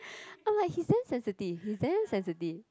I'm like he's damn sensitive he's damn sensitive